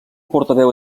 portaveu